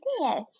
yes